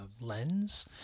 lens